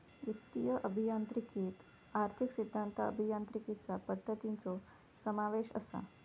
वित्तीय अभियांत्रिकीत आर्थिक सिद्धांत, अभियांत्रिकीचा पद्धतींचो समावेश असा